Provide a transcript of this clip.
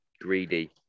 greedy